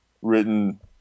written